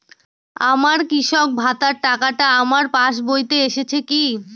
আমার কৃষক ভাতার টাকাটা আমার পাসবইতে এসেছে কি?